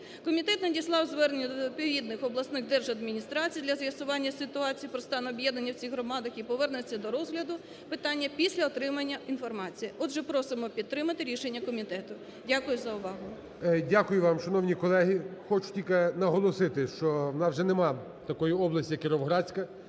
Комітет надіслав звернення до відповідних обласних держадміністрацій для з'ясування ситуації про стан об'єднання в цих громадах і повернеться до розгляду питання після отримання інформації. Отже, просимо підтримати рішення комітету. Дякую за увагу. ГОЛОВУЮЧИЙ. Дякую вам. Шановні колеги, хочу тільки наголосити, що в нас вже немає такої області як Кіровоградська,